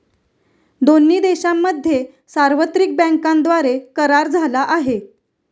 दोन्ही देशांमध्ये सार्वत्रिक बँकांद्वारे करार झाला आहे